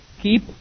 keep